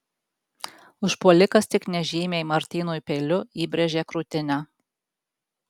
užpuolikas tik nežymiai martynui peiliu įbrėžė krūtinę